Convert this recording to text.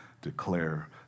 declare